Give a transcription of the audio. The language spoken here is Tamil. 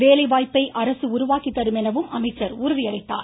வேலைவாய்ப்பை அரசு உருவாக்கி தரும் என அமைச்சர் உறுதியளித்தார்